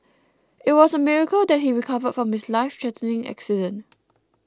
it was a miracle that he recovered from his lifethreatening accident